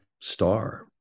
star